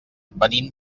venim